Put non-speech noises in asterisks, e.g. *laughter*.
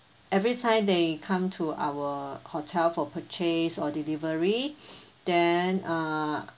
every time they come to our hotel for purchase or delivery *breath* then uh